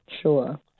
Sure